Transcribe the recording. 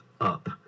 up